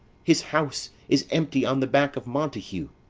his house is empty on the back of montague,